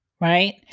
right